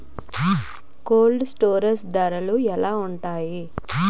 Cold storage ధరలు ఎలా ఉంటాయి?